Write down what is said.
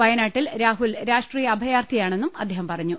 വയനാട്ടിൽ രാഹുൽ രാഷ്ട്രീയ അഭയർത്ഥിയാണെന്നും അദ്ദേഹം പറഞ്ഞു